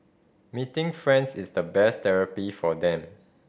meeting friends is the best therapy for them